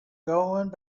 going